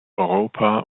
europa